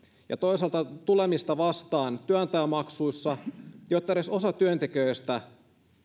ja toisaalta tulemista vastaan työnantajamaksuissa jotta edes osa työntekijöistä